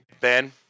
Ben